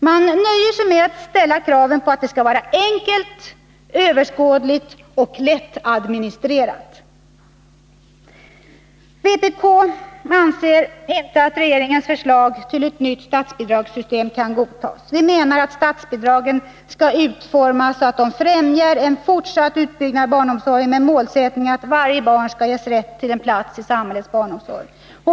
Man nöjer sig med att ställa kraven att det skall vara enkelt, överskådligt och lättadministrerat. Vpk anser inte att regeringens förslag till nytt statsbidragssystem kan godtas. Vi anser att statsbidragen skall utformas så, att de främjar en fortsatt utbyggnad av barnomsorgen med målsättningen att varje barn skall ges rätt tillen plats i samhällets barnomsorg.